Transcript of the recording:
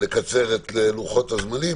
לקצר את לוחות הזמנים.